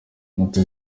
ati